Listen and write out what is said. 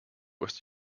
was